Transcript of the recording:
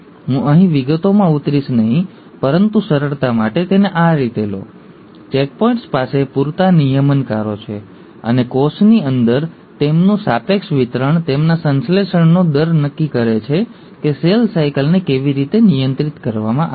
હું અહીં વિગતોમાં ઉતરીશ નહીં પરંતુ સરળતા માટે તેને આ રીતે લો ચેકપોઇન્ટ્સ પાસે પૂરતા નિયમનકારો છે અને કોષની અંદર તેમનું સાપેક્ષ વિતરણ તેમના સંશ્લેષણનો દર નક્કી કરે છે કે સેલ સાયકલને કેવી રીતે નિયંત્રિત કરવામાં આવે છે